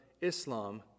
Islam